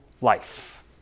life